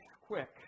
quick